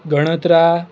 Ganatra